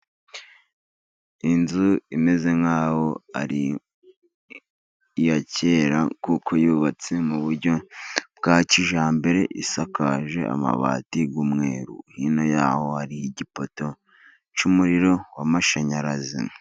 Inzu imeze nk'aho ari iya kera, kuko yubatse mu buryo bwa kijyambere isakaje amabati y'umweruru hino yaho ari igipoto cy'umuriro w'amashanyarazi.